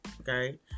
okay